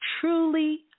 truly